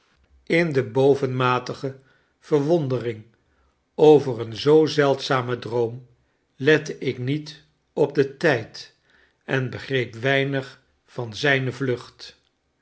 in de bovenmatige verwondering over een zoo zeldzamen droom lette ik niet op den tijd en begreep weinig van zijne vlucht